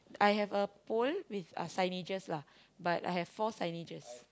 I have a pole with a signage but I have four signage